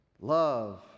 love